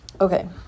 Okay